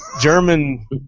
German